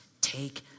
Take